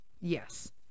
Yes